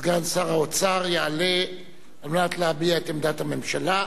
סגן שר האוצר, יעלה כדי להביע את עמדת הממשלה.